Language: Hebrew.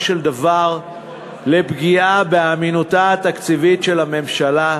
של דבר לפגיעה באמינותה התקציבית של הממשלה,